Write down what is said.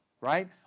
Right